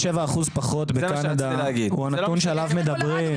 אחוז פחות בקנדה הוא האחוז שעליו מדברים.